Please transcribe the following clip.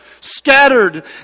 scattered